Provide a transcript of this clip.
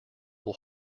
will